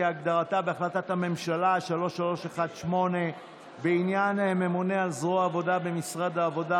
כהגדרתה בהחלטת ממשלה 3318 בעניין ממונה על זרוע עבודה במשרד העבודה,